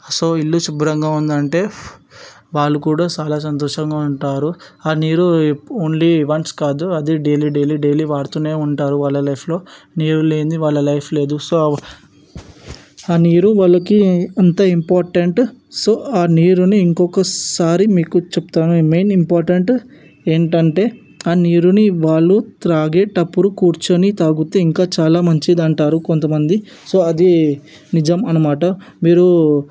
so ఇల్లు శుభ్రంగా ఉందంటే వాళ్ళు కూడా చాలా సంతోషంగా ఉంటారు ఆ నీరు ఓన్లీ వన్స్ కాదు అది డైలీ డైలీ డైలీ వాడుతూనే ఉంటారు వాళ్ళ లైఫ్లో నీరు లేనిదే వాళ్ళ లైఫ్ లేదు సో ఆ నీరు వాళ్ళకి అంత ఇంపార్టెంట్ సో ఆ నీరుని ఇంకొకసారి మీకు చెప్తాను మెయిన్ ఇంపార్టెంట్ ఏంటంటే ఆ నీరుని వారు తాగేటప్పుడు కూర్చుని తాగుతే ఇంకా చాలా మంచిది అంటారు కొంతమంది సో అది నిజం అనమాట మీరు